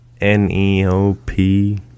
N-E-O-P